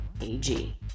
AG